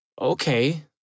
Okay